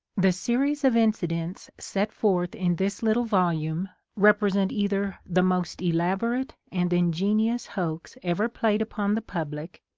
the series of incidents set forth in this little volume represent either the most elab orate and ingenious hoax every played upon the public,